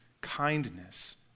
kindness